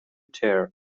tear